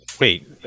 Wait